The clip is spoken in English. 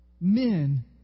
men